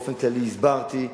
באופן כללי, הסברתי.